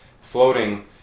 floating